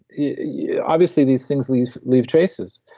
yeah obviously these things leave leave traces,